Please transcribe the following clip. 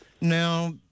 Now